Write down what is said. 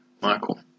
Michael